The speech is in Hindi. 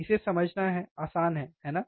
इसे समझना आसान है है ना